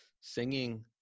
singing